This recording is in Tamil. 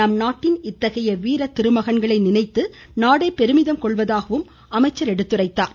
நம்நாட்டின் இத்தகைய வீரத்திருமகன்களை நினைத்து நாடே பெருமிதம் கொள்வதாகவும் அமைச்சர் எடுத்துரைத்தார்